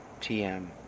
TM